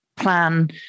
plan